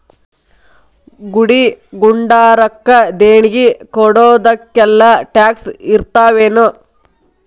ಗುಡಿ ಗುಂಡಾರಕ್ಕ ದೇಣ್ಗಿ ಕೊಡೊದಕ್ಕೆಲ್ಲಾ ಟ್ಯಾಕ್ಸ್ ಇರ್ತಾವೆನು?